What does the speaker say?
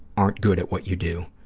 aren't good at what you do.